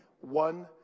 one